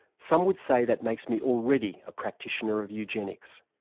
some would say that makes me already a practitioner of eugenics.